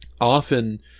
Often